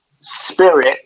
spirit